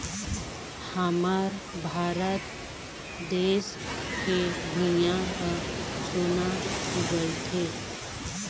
हमर भारत देस के भुंइयाँ ह सोना उगलथे